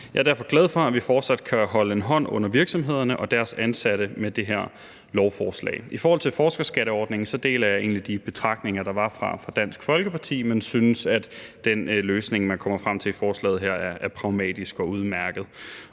Jeg er derfor glad for, at vi fortsat kan holde en hånd under virksomhederne og deres ansatte med det her lovforslag. I forhold til forskerskatteordningen deler jeg egentlig de betragtninger, der var fra Dansk Folkeparti, men jeg synes, at den løsning, man kommer frem til i forslaget her er pragmatisk og udmærket.